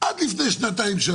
עד לפני שנתיים-שלוש